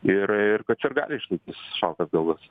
ir ir kad sirgaliai išlaikys šaltas galvas